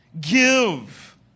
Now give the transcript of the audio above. give